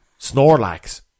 Snorlax